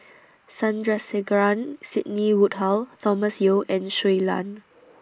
Sandrasegaran Sidney Woodhull Thomas Yeo and Shui Lan